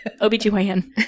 OBGYN